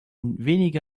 wenig